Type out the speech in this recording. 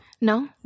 No